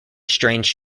strange